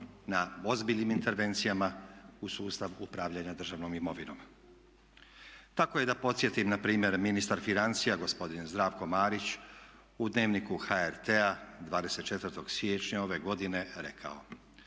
na ozbiljnim intervencijama u sustav upravljanja državnom imovinom. Tako je da podsjetim na primjer ministar financija gospodin Zdravko Marić u Dnevniku HRT-a 24. siječnja ove godine rekao: